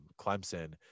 clemson